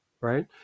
right